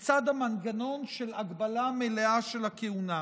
בצד המנגנון של הגבלה מלאה של הכהונה.